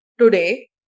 today